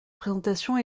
présentation